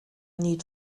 need